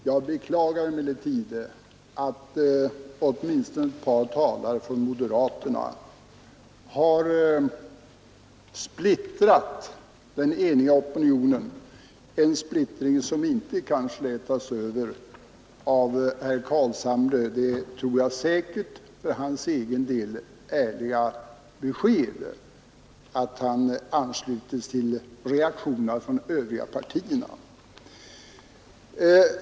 Jag beklagar att ett par talare från moderata samlingspartiet har splittrat den eniga opinionen, en splittring som inte kan slätas över av herr Carlshamres besked — jag tror säkert att det var ärligt menat — att han för sin del ansluter sig till reaktionen från de övriga partierna.